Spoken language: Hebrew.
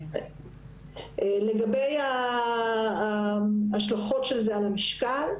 לגבי ההשלכות של הניתוח על המשקל: